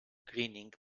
grinning